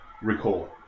recall